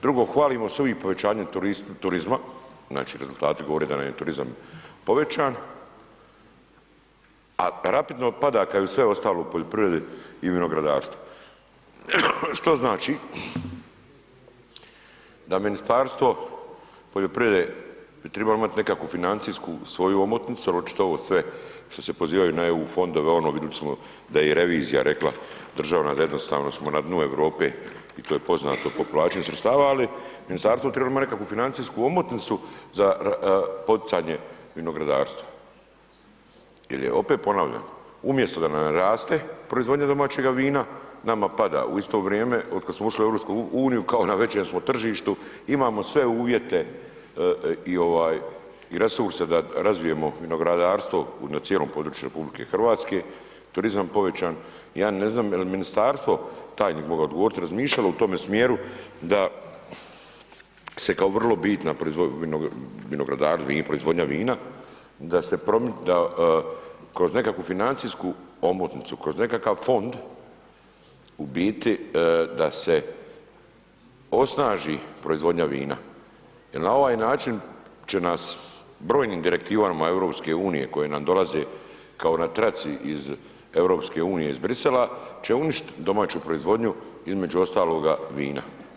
Drugo, hvalimo se uvijek povećanjem turizma, znači, rezultati govore da nam je turizam povećan, a rapidno pada kao i sve ostalo u poljoprivredi i vinogradarstvu, što znači da Ministarstvo poljoprivrede bi trebalo imati nekakvu financijsku svoju omotnicu jer očito ovo sve što se pozivaju na EU fondove, ono vidjeli smo da je i revizija rekla državna da jednostavno smo na dnu Europe i to je poznato po povlačenju sredstava, ali ministarstvo bi trebalo imati nekakvu financijsku omotnicu za poticanje vinogradarstva jel je opet, ponavljam, umjesto da nam raste proizvodnja domaćega vina, nama pada, u isto vrijeme otkad smo ušli u EU kao na većem smo tržištu, imamo sve uvjete i resurse da razvijemo vinogradarstvo na cijelom području RH, turizam povećan, ja ne znam jel ministarstvo, tajnik bi mogao odgovoriti, razmišljalo u tome smjeru da se kao vrlo bitna, nije proizvodnja vina, da kroz nekakvu financijsku omotnicu, kroz nekakav fond u biti da se osnaži proizvodnja vina jel na ovaj način će nas brojnim Direktivama EU koje nam dolaze kao na traci iz EU iz Brisela će uništit domaću proizvodnju, između ostaloga, vina.